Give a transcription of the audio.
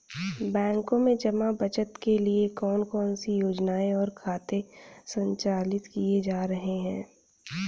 बैंकों में जमा बचत के लिए कौन कौन सी योजनाएं और खाते संचालित किए जा रहे हैं?